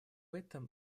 этом